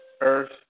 earth